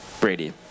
Brady